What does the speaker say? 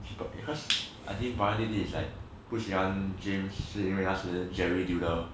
because I think brian did it is like 不喜欢 james 是因为他是让 jerry dealer